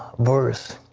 verse.